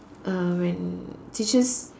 uh when teachers